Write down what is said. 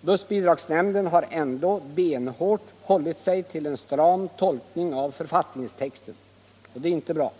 Bussbidragsnämnden har ändå benhårt hållit sig till en stram tolkning av författningstexten, och det är inte bra.